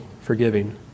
forgiving